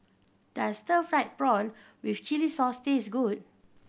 does stir fried prawn with chili sauce taste good